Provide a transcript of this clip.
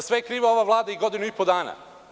Za sve je kriva ova Vlada i godinu i po dana?